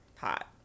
hot